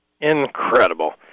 Incredible